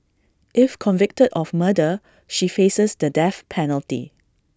if convicted of murder she faces the death penalty